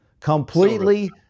completely